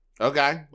Okay